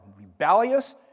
rebellious